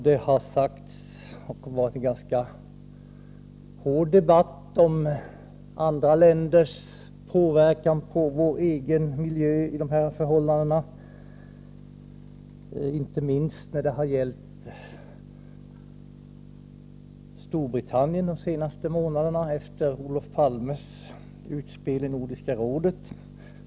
Det har varit en ganska hård debatt om andra länders påverkan på vår egen miljö i dessa avseenden, inte minst har det handlat om Storbritannien under de senaste månaderna efter Olof Palmes utspel i Nordiska rådet.